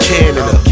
Canada